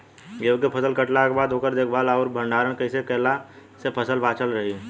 गेंहू के फसल कटला के बाद ओकर देखभाल आउर भंडारण कइसे कैला से फसल बाचल रही?